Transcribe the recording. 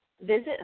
Visit